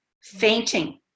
Fainting